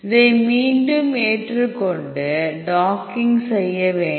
இதை மீண்டும் ஏற்றுக் கொண்டு டாக்கிங் செய்ய வேண்டும்